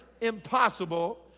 impossible